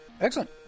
excellent